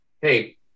Hey